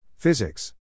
Physics